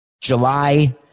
July